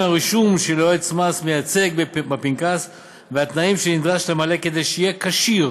הרישום של יועץ מס מייצג בפנקס והתנאים שהיא נדרש למלא כדי שיהיה כשיר